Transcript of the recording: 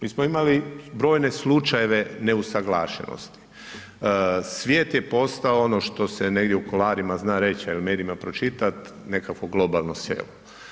Mi smo imali brojne slučajeve neusuglašenosti, svijet je postao ono što se negdje u kuloarima zna reći, a u medijima pročitat, nekakvo globalno selo.